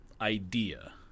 idea